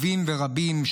טובים ורבים,